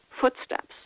footsteps